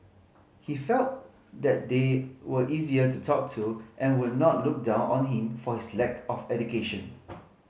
he felt that they were easier to talk to and would not look down on him for his lack of education